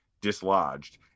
dislodged